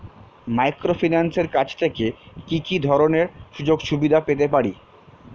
মাইক্রোফিন্যান্সের কাছ থেকে কি কি ধরনের সুযোগসুবিধা পেতে পারি?